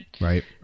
Right